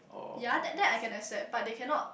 ya that that I can accept but they cannot